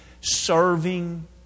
serving